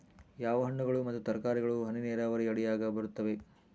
ಯಾವ ಹಣ್ಣುಗಳು ಮತ್ತು ತರಕಾರಿಗಳು ಹನಿ ನೇರಾವರಿ ಅಡಿಯಾಗ ಬರುತ್ತವೆ?